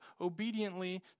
obediently